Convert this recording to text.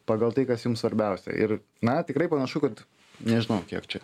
pagal tai kas jums svarbiausia ir na tikrai panašu kad nežinau kiek čia